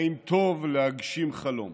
האם טוב להגשים חלום?